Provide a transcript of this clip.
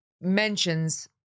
mentions